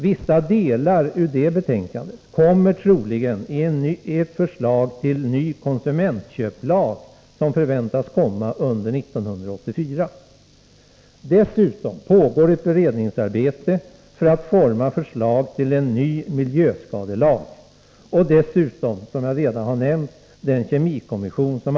Vissa delar av det betänkandet kommer troligen att ligga till grund för ett förslag till en ny konsumentköpslag, som förväntas komma under 1984. För det andra pågår ett beredningsarbete för att få fram förslag till en ny miljöskadelag. Dessutom, som jag redan nämnt, arbetar kemikommissionen.